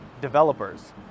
developers